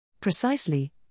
Precisely